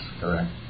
correct